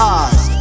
eyes